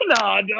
No